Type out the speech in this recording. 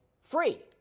free